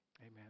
Amen